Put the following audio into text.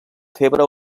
febre